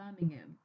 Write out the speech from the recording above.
Birmingham